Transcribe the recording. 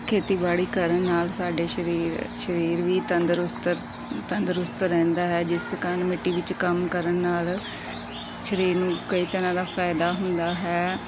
ਖੇਤੀਬਾੜੀ ਕਰਨ ਨਾਲ ਸਾਡੇ ਸਰੀਰ ਸਰੀਰ ਵੀ ਤੰਦਰੁਸਤ ਤੰਦਰੁਸਤ ਰਹਿੰਦਾ ਹੈ ਜਿਸ ਕਾਰਣ ਮਿੱਟੀ ਵਿੱਚ ਕੰਮ ਕਰਨ ਨਾਲ ਸਰੀਰ ਨੂੰ ਕਈ ਤਰ੍ਹਾ ਦਾ ਫ਼ਾਇਦਾ ਹੁੰਦਾ ਹੈ